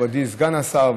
מכובדי סגן השר,